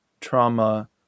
trauma